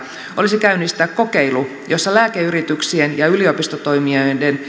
olisi käynnistää kokeilu jossa lääkeyrityksien ja yliopistotoimijoiden